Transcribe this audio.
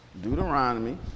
Deuteronomy